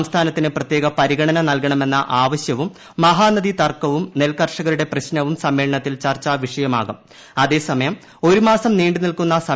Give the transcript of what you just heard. സംസ്ഥാനത്തിന് പ്രത്യേക പരിഗണന നൽകണമെന്ന ആവശ്യവും മഹാനദി തർക്കവും നെൽകർഷകരുടെ പ്രശ്നവും സമ്മേളനത്തിൽ ചർച്ചാ അതേസമയം ഒരുമാസം നീണ്ടുനിൽക്കുന്ന വിഷയമാകും